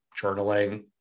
journaling